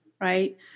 right